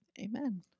Amen